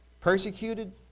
persecuted